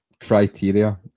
criteria